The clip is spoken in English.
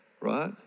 right